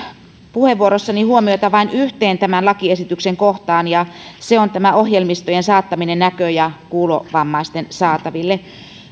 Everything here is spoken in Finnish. puheenvuorossani huomiota vain yhteen tämän lakiesityksen kohtaan ja se on ohjelmistojen saattaminen näkö ja kuulovammaisten saataville